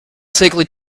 sickly